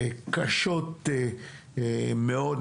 קשות מאוד.